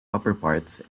upperparts